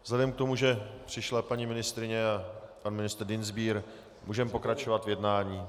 Vzhledem k tomu, že přišla paní ministryně a pan ministr Dienstbier, můžeme pokračovat v jednání.